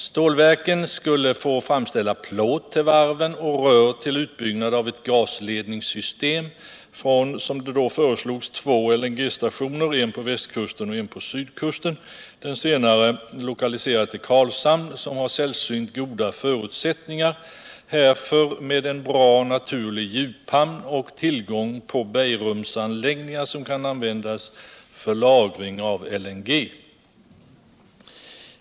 Stålverken skulle få framställa plåt till varven och rör till utbyggnad av ett gasledningssystem från två LNG-stationer, en på västkusten och en på sydkusten, den senare i Karlshamn, som har sällsynt goda förutsättningar härför med en bra naturlig djuphamn och tillgång på bergrumsanläggningar, som kan användas för lagring av LNG.